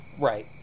Right